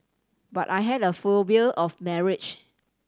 but I had a phobia of marriage